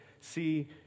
see